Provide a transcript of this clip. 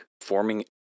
forming